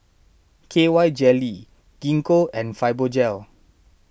K Y Jelly Gingko and Fibogel